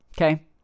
okay